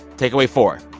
takeaway four,